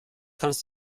kannst